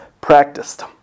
practiced